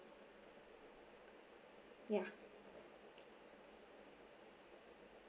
ya